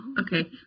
okay